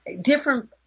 different